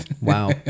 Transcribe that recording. Wow